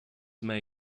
may